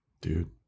Dude